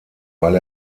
weil